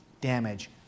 damage